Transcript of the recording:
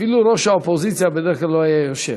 אפילו ראש האופוזיציה בדרך כלל לא היה יושב.